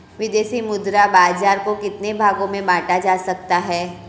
विदेशी मुद्रा बाजार को कितने भागों में बांटा जा सकता है?